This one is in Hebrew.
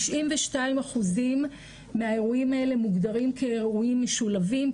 92% מהאירועים האלה מהאירועים האלה מוגדרים כאירועים משולבים,